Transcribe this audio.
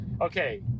okay